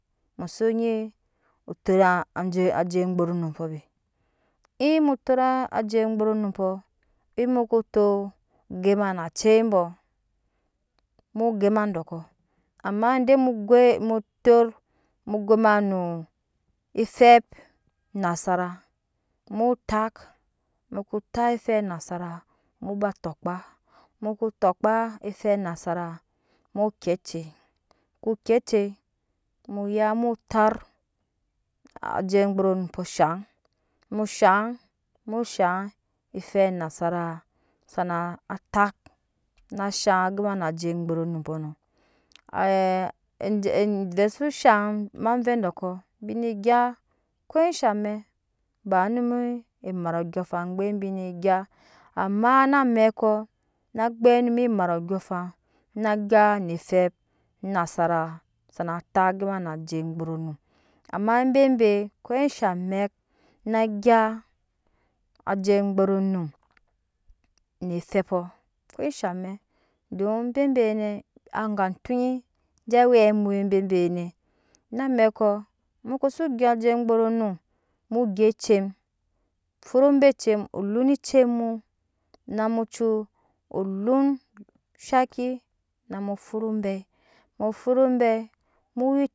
Mu so nyi tora ajei ajei gburunumps ke inmu tora ajei gburunnupɔ inmu ko tot gema na cicei bɔɔ mu gema ebɔkɔ amma de mu goi mu tot mu gema noo efep anasava mu bo tak muko tak efep anasara mu bo tokpa muko tokpa efep anasara mu bo tokpa muko tokpa efep nasara mu kie acei muke kie acei muya mu tar ajei gbumrunumps shaŋ muzhaŋ mushaŋ efep nasara zanaatak azhaŋ gema na ajei gburunumpɔ nɔ ovɛ so shaŋ ma vɛɛ dɔkɔ bine gya je kesha amɛk ba onume emat andyɔɔŋ afan gbem b ne gya amma na amɛkɔ na gbɛm onum mat ondyɔɔŋafan na gya ne gbɛp be ne gya amma na amɛkɔ na gbɛp be ne gya amma na amɛkɔ na gbɛp onum mat onydɔɔŋafan na gya ne efep nasara sana tak gema na ajei gburunum amma bebe ko sha amɛk na gya ajei gbururunum ne efepɔ doni bebe nɛ aga tonyi je we amai bebe nɛ na amɛkɔ muko si gya ajei gbrurunum mu gya ecem fut obai ecem lon ecem mu namu cu olon shaki namu fat obai mu foroi munyi